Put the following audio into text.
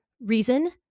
reason